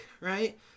right